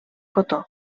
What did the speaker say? cotó